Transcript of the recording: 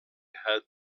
had